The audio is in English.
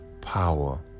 power